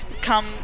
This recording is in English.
come